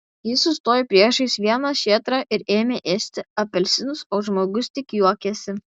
jis sustojo priešais vieną šėtrą ir ėmė ėsti apelsinus o žmogus tik juokėsi